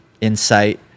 insight